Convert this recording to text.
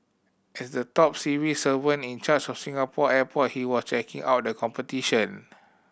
as the top civil servant in charge of Singapore airport he was checking out the competition